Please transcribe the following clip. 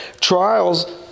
trials